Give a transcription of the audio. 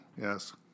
Yes